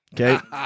Okay